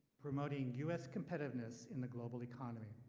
promoting us competitiveness in the global economy.